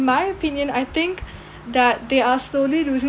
my opinion I think that they are slowly losing